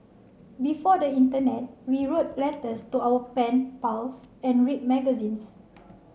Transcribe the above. before the internet we wrote letters to our pen pals and read magazines